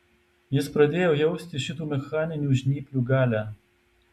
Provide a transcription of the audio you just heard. jis pradėjo jausti šitų mechaninių žnyplių galią